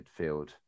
midfield